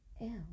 Ew